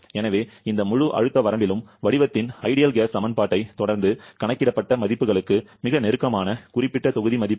எனவே இந்த முழு அழுத்த வரம்பிலும் வடிவத்தின் சிறந்த வாயு சமன்பாட்டைத் தொடர்ந்து கணக்கிடப்பட்ட மதிப்புகளுக்கு மிக நெருக்கமான குறிப்பிட்ட தொகுதி மதிப்புகள்